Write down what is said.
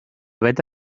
vete